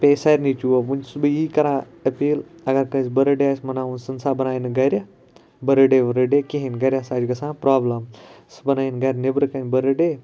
پے سارنی چوب وۄنۍ چھُس بہٕ یی کران اپیٖل اگر کٲنٛسہِ بٔرتھ ڈے آسہِ مَناوُن سُہ نہ سا بَنایہِ نہٕ گَرٕ بٔرتھ ڈے ؤرتھ ڈے کہیٖنۍ گَرِ ہَسا چھِ گَژھان پرابلَم سُہ بَنٲیِن گَرِ نٮ۪برٕ کَنۍ بٔرتھ ڈے